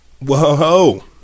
Whoa